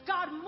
God